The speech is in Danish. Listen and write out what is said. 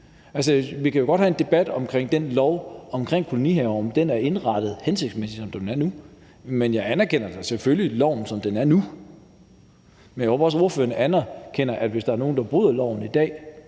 vi kan jo godt have en debat om den lov om kolonihaverne, og om den er indrettet hensigtsmæssigt, som den er, og jeg anerkender da selvfølgelig loven, som den er nu. Men jeg håber også, at ordføreren anerkender, at der, hvis der er nogen, der bryder loven i dag,